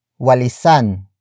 walisan